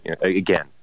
again